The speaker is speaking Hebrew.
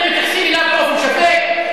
אתם מתייחסים אליו באופן שווה?